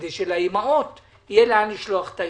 כדי שלאימהות יהיה לאן לשלוח את הילדים.